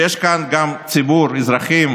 שיש כאן גם ציבור אזרחים,